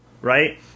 right